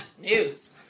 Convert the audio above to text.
News